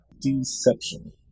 Deception